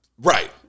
Right